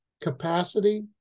capacity